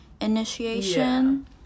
initiation